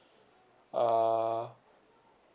ah